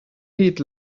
heat